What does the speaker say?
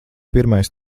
pirmais